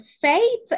Faith